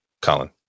Colin